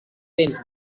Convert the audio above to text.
vents